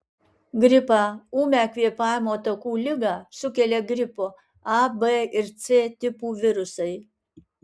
gripą ūmią kvėpavimo takų ligą sukelia gripo a b ir c tipų virusai